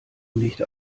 nicht